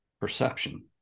perception